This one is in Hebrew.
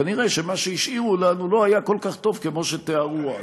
כנראה מה שהשאירו לנו לא היה כל כך טוב כמו שתיארו אז.